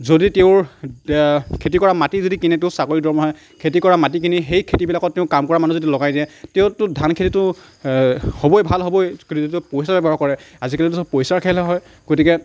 যদি তেওঁৰ খেতি কৰা মাটি যদি কিনে তেওঁৰ চাকৰিৰ দৰমহাৰে খেতি কৰা মাটি কিনি সেই খেতিবিলাকত তেওঁ কামকৰা মানুহ যদি লগাই দিয়ে তেওঁৰটো ধান খেতিটো হ'বই ভাল হ'বই যিহেতু তেওঁ পইচা ব্যৱহাৰ কৰে আজিকালিতো চব পইচাৰ খেলহে হয় গতিকে